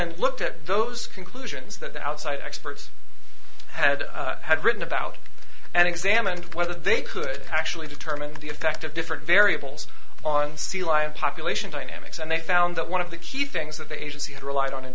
and looked at those conclusions that the outside experts had had written about and examined whether they could actually determine the effect of different variables on sea lion population dynamics and they found that one of the key things that the agency had relied on